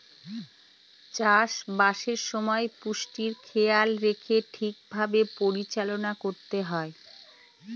চাষবাসের সময় পুষ্টির খেয়াল রেখে ঠিক ভাবে পরিচালনা করতে হয়